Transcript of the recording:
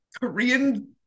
Korean